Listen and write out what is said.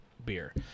beer